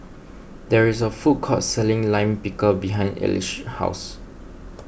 there is a food court selling Lime Pickle behind Elige's house